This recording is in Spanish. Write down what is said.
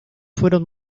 fueron